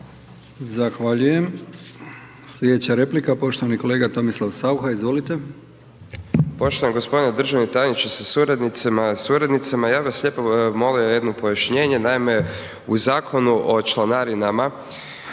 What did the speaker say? Zahvaljujem. Sljedeća replika, poštovani kolega Tomislav Saucha. Izvolite. **Saucha, Tomislav (Nezavisni)** Poštovani g. državni tajniče sa suradnicama. Ja bih vas lijepo molio jedno pojašnjenje. Naime, u Zakonu o članarinama